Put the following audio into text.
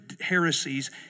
heresies